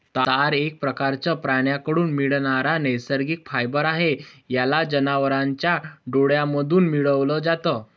तार एक प्रकारचं प्राण्यांकडून मिळणारा नैसर्गिक फायबर आहे, याला जनावरांच्या डोळ्यांमधून मिळवल जात